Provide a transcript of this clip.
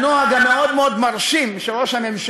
אם פרי הגיע, המצב שלנו קשה.